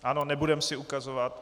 Ano, nebudeme si ukazovat.